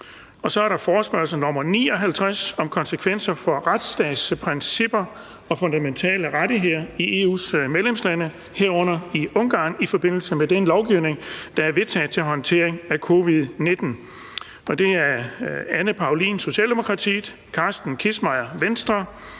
59 (Hvad kan regeringen oplyse om konsekvenser for retsstatsprincipper og fundamentale rettigheder i EU's medlemslande, herunder i Ungarn i forbindelse med den lovgivning, der er vedtaget til håndteringen af covid-19, og hvilken dialog har regeringen